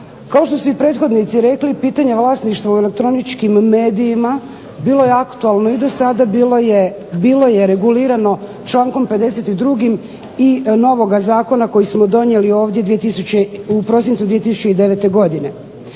Kao što su i prethodnici rekli, pitanje vlasništva u elektroničkim medijima bilo je aktualno i do sada, bilo je regulirano člankom 52. novoga zakona koji smo donijeli ovdje u prosincu 2009. godine.